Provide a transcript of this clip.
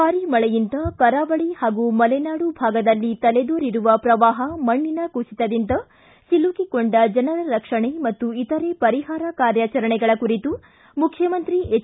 ಭಾರಿ ಮಳೆಯಿಂದ ಕರಾವಳಿ ಹಾಗೂ ಮಲೆನಾಡು ಭಾಗದಲ್ಲಿ ತಲೆದೋರಿರುವ ಪ್ರವಾಹ ಮಣ್ಣಿನ ಕುಸಿತದಿಂದ ಒಲುಕಿಕೊಂಡ ಜನರ ರಕ್ಷಣೆ ಮತ್ತು ಇತರ ಪರಿಹಾರ ಕಾರ್ಯಾಚರಣೆಗಳ ಕುರಿತು ಮುಖ್ಜಮಂತ್ರಿ ಹೆಚ್